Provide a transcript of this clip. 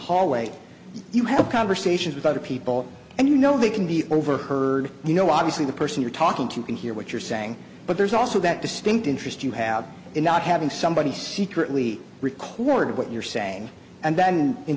hallway you have conversations with other people and you know they can be overheard you know obviously the person you're talking to can hear what you're saying but there's also that distinct interest you have in not having somebody secretly recorded what you're saying and then in